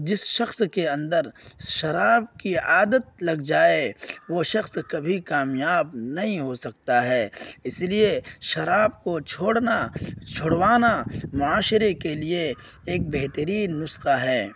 جس شخص کے اندر شراب کی عادت لگ جائے وہ شخص کبھی کامیاب نہیں ہو سکتا ہے اس لیے شراب کو چھوڑنا چھڑوانا معاشرے کے لیے ایک بہترین نسخہ ہے